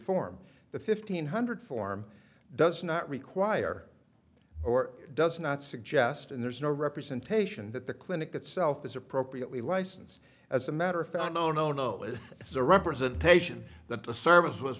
form the fifteen hundred form does not require or does not suggest and there's no representation that the clinic itself is appropriately license as a matter of fact no no no it is a representation that the service was